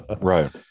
Right